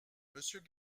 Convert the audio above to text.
monsieur